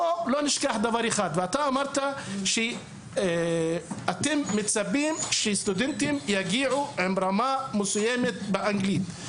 אמרת שאתם מצפים שסטודנטים יגיעו עם רמה מסוימת באנגלית.